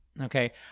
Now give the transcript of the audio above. Okay